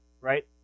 right